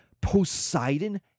Poseidon